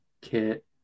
kit